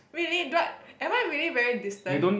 really but am I really very distant